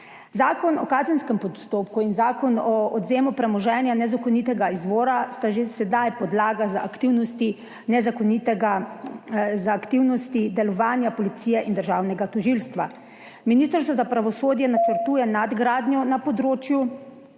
Zakon o kazenskem postopku in Zakon o odvzemu premoženja nezakonitega izvora sta že sedaj podlaga za aktivnosti delovanja policije in državnega tožilstva. Ministrstvo za pravosodje načrtuje nadgradnjo na področju